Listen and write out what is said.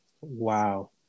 Wow